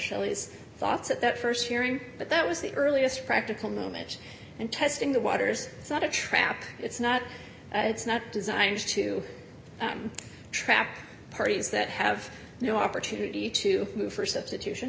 his thoughts at that st hearing but that was the earliest practical moment and testing the waters it's not a trap it's not it's not designed to track parties that have no opportunity to move for substitution